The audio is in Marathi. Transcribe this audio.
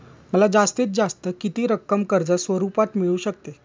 मला जास्तीत जास्त किती रक्कम कर्ज स्वरूपात मिळू शकते?